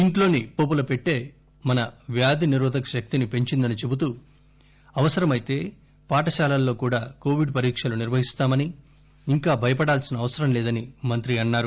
ఇంట్లోని పోపుల పెట్టె మన వ్యాధినిరోధక శక్తినీ పెంచిందిని చెబుతూ అవసరం అయితే పాఠశాలల్లో కూడా కోవిడ్ పరీక్షలు నిర్వహిస్తామని ఇంకా భయపడాల్సిన అవసరం లేదని మంత్రి అన్నారు